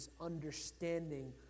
understanding